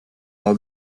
all